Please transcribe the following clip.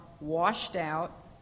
washed-out